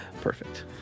Perfect